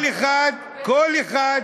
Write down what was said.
כל אחד, כל אחד,